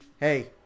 hey